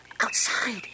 outside